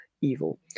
evil